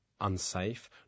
unsafe